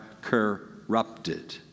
corrupted